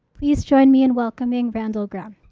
please join me in welcoming randall grahm.